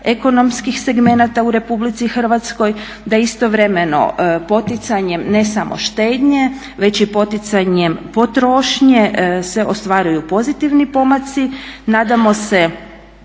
ekonomskih segmenata u RH da istovremeno poticanjem ne samo štednje već i poticanjem potrošnje se ostvaruju pozitivni pomaci. Nadamo se